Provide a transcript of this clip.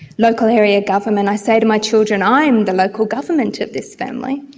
local area government, i say to my children i am the local government of this family.